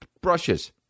brushes